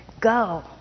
go